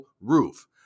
roof